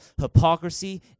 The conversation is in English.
hypocrisy